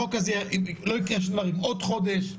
החוק הזה לא יקרה בשביל להאריך עוד חודש.